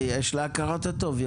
יש לה הכרת הטוב.